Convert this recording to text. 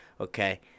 Okay